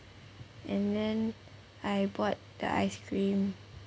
and then I bought the ice cream